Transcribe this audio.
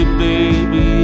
baby